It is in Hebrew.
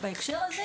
בהקשר הזה,